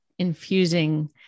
Infusing